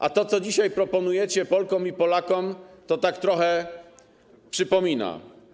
A to, co dzisiaj proponujecie Polkom i Polakom, trochę to przypomina.